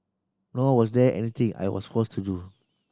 nor was there anything I was forced to do